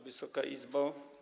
Wysoka Izbo!